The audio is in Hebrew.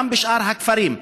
גם בשאר הכפרים.